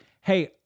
hey